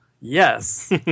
yes